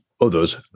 others